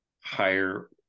higher